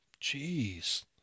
Jeez